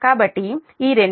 కాబట్టి ఈ రెండు 0